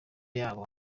yabo